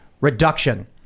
reduction